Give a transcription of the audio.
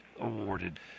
awarded